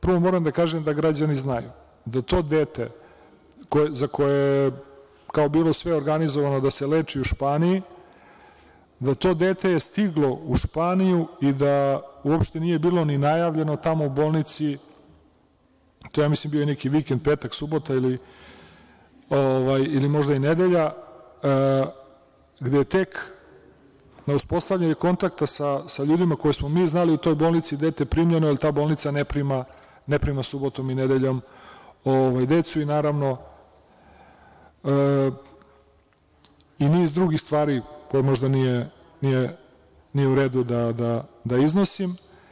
Prvo moram da kažem, da građani znaju, da to dete za koje je kao bilo sve organizovano da se leči u Španiji, da je to dete stiglo u Španiju i da uopšte nije bilo ni najavljeno tamo u bolnici, mislim da je to bio neki vikend, petak, subota ili možda i nedelja, gde je tek na uspostavljanju kontakta sa ljudima koje smo mi znali u toj bolnici dete primljeno, jer ta bolnica ne prima subotom i nedeljom decu, naravno, i niz drugih stvari koje možda nije u redu da iznosim.